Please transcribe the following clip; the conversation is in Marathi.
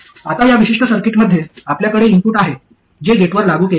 आता या विशिष्ट सर्किटमध्ये आपल्याकडे इनपुट आहे जे गेटवर लागू केले आहे